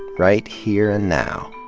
right here and now.